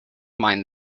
mind